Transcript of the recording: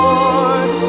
Lord